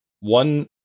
one